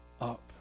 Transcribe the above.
up